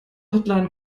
hotline